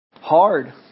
hard